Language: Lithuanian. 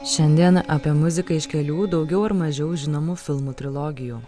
šiandien apie muziką iš kelių daugiau ar mažiau žinomų filmų trilogijų